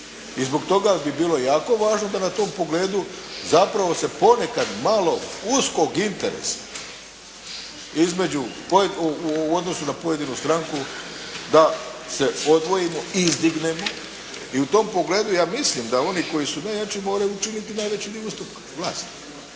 I zbog toga bi bilo jako važno da na tom pogledu zapravo se ponekad malo uskog interesa između, u odnosu na pojedinu stranku da se odvojimo i izdignemo i u tom pogledu ja mislim da oni koji su najjači moraju učiniti najveći … /Govornik